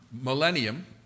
millennium